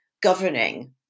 governing